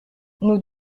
nous